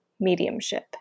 mediumship